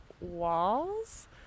Walls